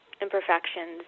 imperfections